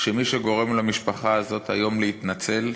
שמי שגורם למשפחה הזאת היום להתנצל,